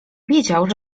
wiedział